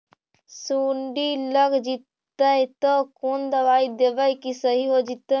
सुंडी लग जितै त कोन दबाइ देबै कि सही हो जितै?